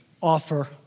offer